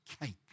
cake